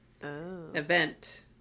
event